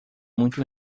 muito